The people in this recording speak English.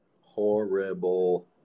Horrible